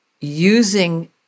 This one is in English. using